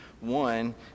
one